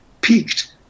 peaked